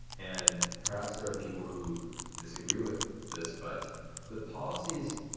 and perhaps there are people who disagree with this. but the policies,